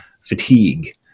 fatigue